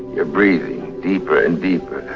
you're breathing deeper and deeper.